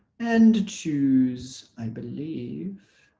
and choose i believe